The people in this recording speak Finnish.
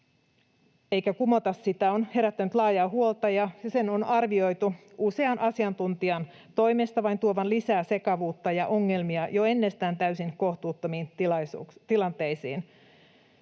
eikä kumota sitä on herättänyt laajaa huolta ja sen on arvioitu usean asiantuntijan toimesta vain tuovan lisää sekavuutta ja ongelmia jo ennestään täysin kohtuuttomiin tilanteisiin.